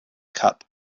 cup